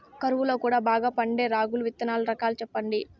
కరువు లో కూడా బాగా పండే రాగులు విత్తనాలు రకాలు చెప్పండి?